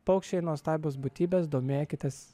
paukščiai nuostabios būtybės domėkitės